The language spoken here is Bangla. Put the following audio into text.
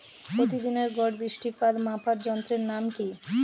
প্রতিদিনের গড় বৃষ্টিপাত মাপার যন্ত্রের নাম কি?